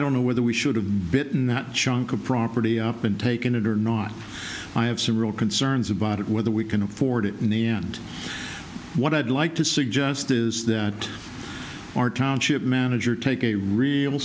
don't know whether we should have bitten that chunk of property up and taken it or not i have some real concerns about it whether we can afford it ne and what i'd like to suggest is that our township manager take a real